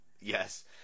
Yes